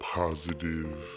positive